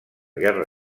guerra